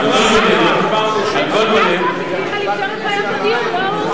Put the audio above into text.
הממשלה הזאת הבטיחה לפתור את בעיית הדיור, לא הוא.